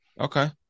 Okay